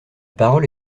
parole